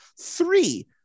three